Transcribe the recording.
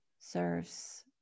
serves